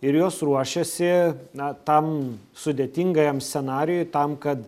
ir jos ruošiasi na tam sudėtingam scenarijui tam kad